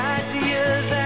ideas